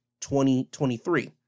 2023